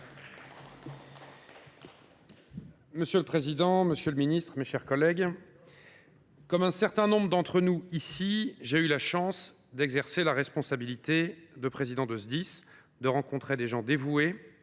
Monsieur le président, monsieur le ministre, mes chers collègues, comme un certain nombre d’entre nous dans cet hémicycle, j’ai eu la chance d’exercer la responsabilité de président de Sdis, de rencontrer des gens dévoués